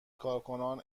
کارکنان